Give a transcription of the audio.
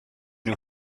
new